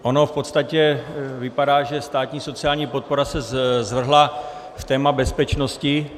Ono v podstatě to vypadá, že státní sociální podpora se zvrhla v téma bezpečnosti.